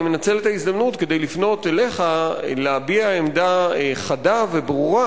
אני מנצל את ההזדמנות כדי לפנות אליך ולהביע עמדה חדה וברורה